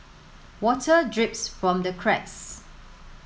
water drips from the cracks